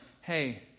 hey